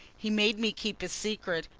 he made me keep his secret,